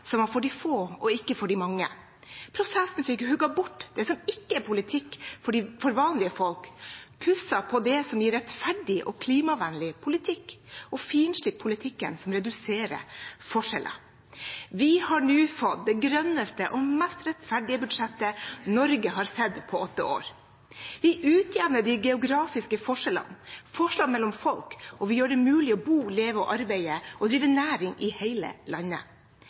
som var for de få og ikke for de mange. Prosessen fikk hugget bort det som ikke er politikk for vanlige folk, pusset på det som gir rettferdig og klimavennlig politikk, og finslipt politikken som reduserer forskjeller. Vi har nå fått det grønneste og mest rettferdige budsjettet Norge har sett på åtte år. Vi utjevner de geografiske forskjellene og forskjellene mellom folk, og vi gjør det mulig å bo, leve, arbeide og drive næring i hele landet.